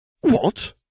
What